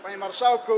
Panie Marszałku!